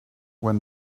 when